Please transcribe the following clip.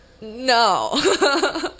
No